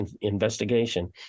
investigation